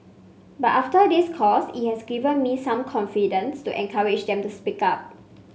but after this course it has given me some confidence to encourage them to speak up